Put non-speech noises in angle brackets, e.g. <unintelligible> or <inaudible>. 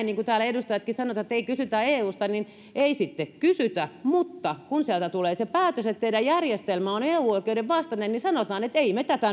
<unintelligible> niin kuin täällä edustajatkin sanovat että ei kysytä eusta ei sitten kysytä mutta kun sieltä tulee se päätös että teidän järjestelmänne on eu oikeuden vastainen niin sanotaan että emme me tätä <unintelligible>